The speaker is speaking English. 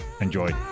Enjoy